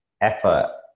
effort